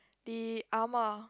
the ah ma